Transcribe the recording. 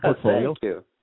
Portfolio